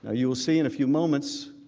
ah you will see in a few moments,